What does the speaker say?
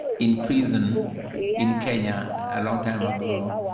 in prison in kenya a long time ago.